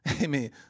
Amen